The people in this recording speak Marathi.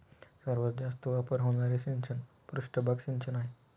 सर्वात जास्त वापर होणारे सिंचन पृष्ठभाग सिंचन आहे